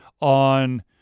on